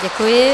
Děkuji.